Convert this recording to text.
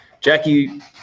Jackie